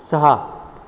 सहा